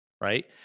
right